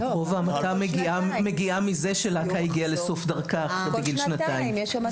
רוב ההמתה מגיעה מזה שלהקה הגיעה לסוף דרכה בגיל שנתיים.